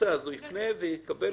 הוא יפנה ויקבל.